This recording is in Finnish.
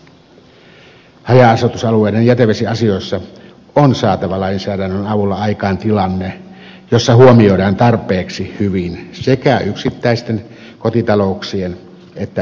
haja asutusalueiden jätevesiasioissa on saatava lainsäädännön avulla aikaan tilanne jossa huomioidaan tarpeeksi hyvin sekä yksittäisten kotitalouksien että ympäristön tilanne